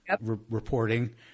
reporting